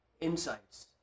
insights